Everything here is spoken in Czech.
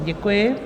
Děkuji.